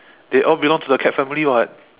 they all belong to the cat family [what]